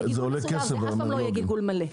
זה אף פעם לא יהיה גלגול מלא.